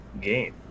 game